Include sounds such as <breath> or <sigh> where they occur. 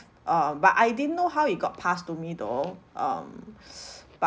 err but I didn't know how it got passed to me though um <breath> but